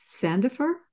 Sandifer